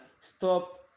stop